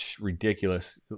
ridiculous